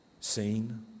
seen